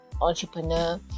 entrepreneur